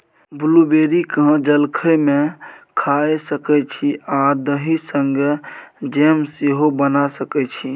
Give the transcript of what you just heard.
blueberry केँ जलखै मे खाए सकै छी आ दही संगै जैम सेहो बना सकै छी